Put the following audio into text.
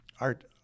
art